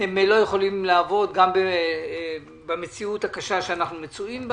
הם לא יכולים לעבוד גם במציאות הקשה בה אנחנו מצויים.